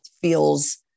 feels